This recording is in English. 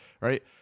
right